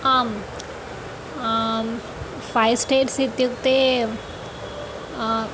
आम् five states इत्युक्ते